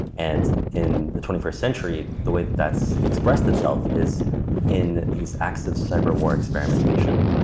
and in the twenty first century, the way that that's expressed itself is in that these acts of cyber war experimentation.